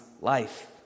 life